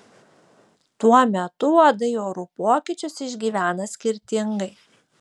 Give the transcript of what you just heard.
tuo metu uodai orų pokyčius išgyvena skirtingai